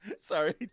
Sorry